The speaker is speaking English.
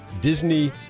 Disney